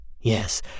Yes